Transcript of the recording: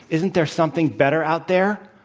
isn't there something better out there?